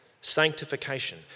sanctification